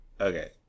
Okay